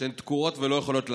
והן תקועות ולא יכולות לעלות.